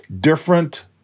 different